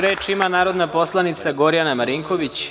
Reč ima narodna poslanica Gorjana Marinković.